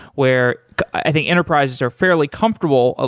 where i think enterprises are fairly comfortable. ah